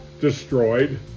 destroyed